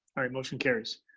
alright, motion carries.